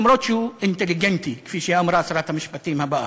אף שהוא אינטליגנטי, כפי שאמרה שרת המשפטים הבאה.